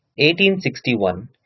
1861